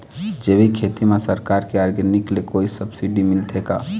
जैविक खेती म सरकार के ऑर्गेनिक ले कोई सब्सिडी मिलथे का?